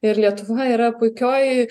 ir lietuva yra puikioj